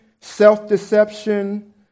self-deception